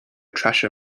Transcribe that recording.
thrasher